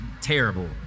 terrible